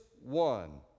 one